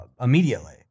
immediately